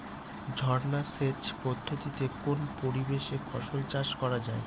ঝর্না সেচ পদ্ধতিতে কোন পরিবেশে ফসল চাষ করা যায়?